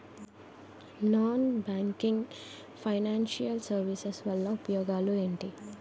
Non banking financial services వల్ల ఉపయోగాలు ఎంటి?